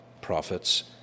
prophets